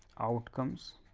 outcomes,